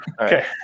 Okay